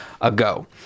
ago